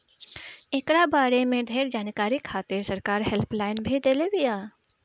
एकरा बारे में ढेर जानकारी खातिर सरकार हेल्पलाइन भी देले बिया